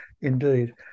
indeed